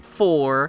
four